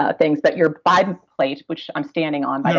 ah things, but your vibe plate, which i'm standing on, but